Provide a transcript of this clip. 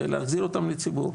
ולהחזיר אותם לציבור.